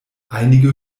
einige